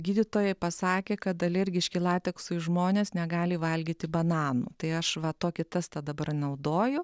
gydytojai pasakė kad alergiški lateksui žmonės negali valgyti bananų tai aš va tokį testą dabar naudoju